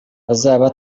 bazaba